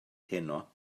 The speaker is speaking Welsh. heno